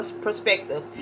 perspective